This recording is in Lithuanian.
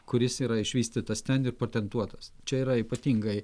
kuris yra išvystytas ten ir patentuotas čia yra ypatingai